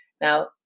Now